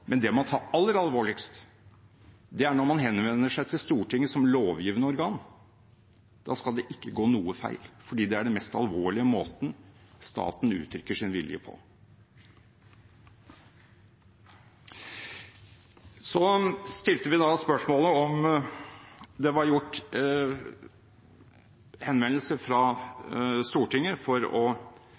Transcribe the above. Men det man tar aller alvorligst, er når man henvender seg til Stortinget som lovgivende organ. Da skal ikke noe gå feil, for det er den mest alvorlige måten staten uttrykker sin vilje på. Så stilte vi spørsmålet om det var gjort henvendelser fra Stortinget for å